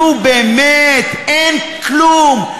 נו, באמת, אין כלום.